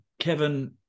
Kevin